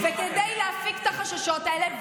וכדי להפסיק את החששות האלה,